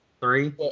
three